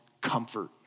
comfort